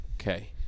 Okay